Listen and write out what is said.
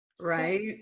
Right